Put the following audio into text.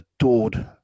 adored